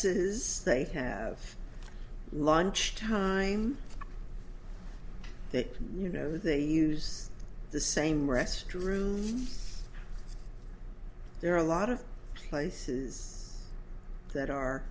is they have lunch time you know they use the same restroom there are a lot of places that are